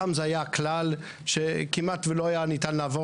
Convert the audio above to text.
פעם זה היה כלל שכמעט ולא היה ניתן לעבור